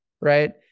right